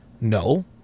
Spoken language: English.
No